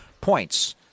points